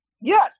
Yes